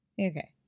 Okay